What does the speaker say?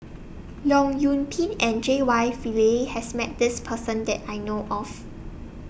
Leong Yoon Pin and J Y Pillay has Met This Person that I know of